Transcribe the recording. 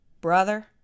brother